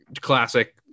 classic